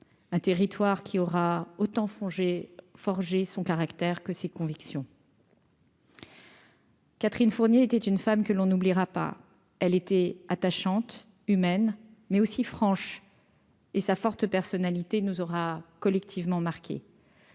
un territoire qui aura autant font j'ai forgé son caractère que ses convictions. Catherine Fournier était une femme que l'on n'oubliera pas, elle était attachante humaine mais aussi franche et sa forte personnalité nous aura collectivement marqués.